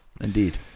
Indeed